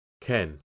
Ken